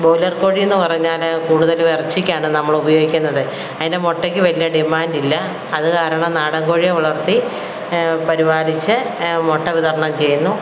broiler കോഴിയെന്നു പറഞ്ഞാല് കൂടുതലും ഇറച്ചിക്കാണ് നമ്മളുപയോഗിക്കുന്നത് അതിൻ്റെ മുട്ടയ്ക്കു വലിയ ഡിമാൻറ്റില്ല അതുകാരണം നാടൻ കോഴിയെ വളർത്തി പരിപാലിച്ച് മുട്ട വിതരണം ചെയ്യുന്നു